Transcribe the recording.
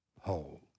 whole